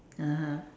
(uh huh)